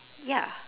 ya